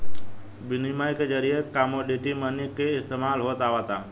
बिनिमय के जरिए कमोडिटी मनी के इस्तमाल होत आवता